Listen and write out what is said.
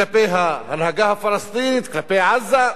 כלפי ההנהגה הפלסטינית, כלפי עזה.